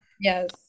yes